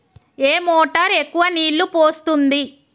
ఏ motor ఎక్కువ నీళ్లు పోస్తుంది?